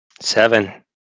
seven